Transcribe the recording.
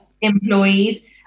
employees